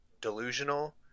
delusional